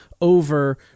over